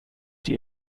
die